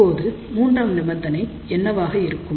இப்போது மூன்றாம் நிபந்தனை என்னவாக இருக்கும்